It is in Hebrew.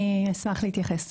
אני אשמח להתייחס.